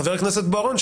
חבר הכנסת בוארון,